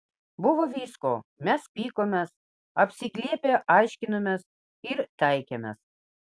buvo visko mes pykomės apsiglėbę aiškinomės ir taikėmės